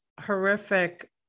horrific